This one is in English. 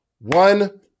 one